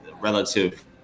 relative –